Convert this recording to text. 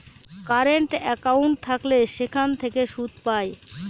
current account থাকলে সেখান থেকে সুদ পায়